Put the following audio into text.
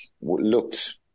looked